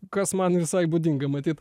kas man visai būdinga matyt